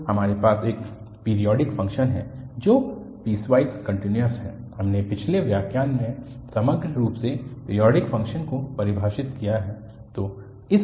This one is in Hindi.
तो हमारे पास एक पिरिऑडिक फ़ंक्शन है जो पीसवाइस कन्टिन्यूअस है हमने पिछले व्याख्यान में समग्र रूप से पिरिऑडिक फ़ंक्शन को परिभाषित किया है